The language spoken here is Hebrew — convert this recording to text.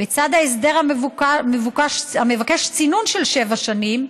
בצד ההסכם המבקש צינון של שבע שנים,